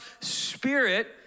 Spirit